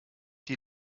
die